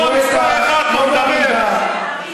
צבוע מספר אחת פה, חבר הכנסת גואטה, לא בעמידה.